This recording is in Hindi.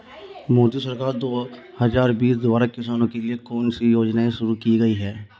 मोदी सरकार दो हज़ार बीस द्वारा किसानों के लिए कौन सी योजनाएं शुरू की गई हैं?